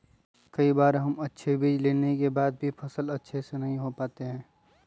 कई बार हम अच्छे बीज लेने के बाद भी फसल अच्छे से नहीं हो पाते हैं?